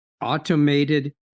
Automated